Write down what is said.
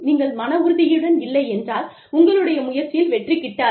நீங்கள் மன உறுதியுடன் இல்லை என்றால் உங்களுடைய முயற்சியில் வெற்றி கிட்டாது